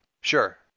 Sure